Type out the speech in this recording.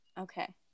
Okay